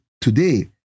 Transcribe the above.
today